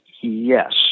yes